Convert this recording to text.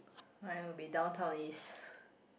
I will be Downtown-East